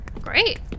Great